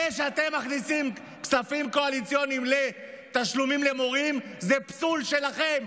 זה שאתם מכניסים כספים קואליציוניים לתשלומים למורים זה פסול שלכם.